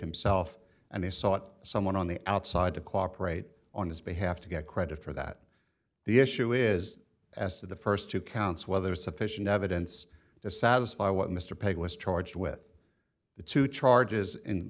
himself and he sought someone on the outside to cooperate on his behalf to get credit for that the issue is as to the st two counts whether sufficient evidence to satisfy what mr pegg was charged with the two charges in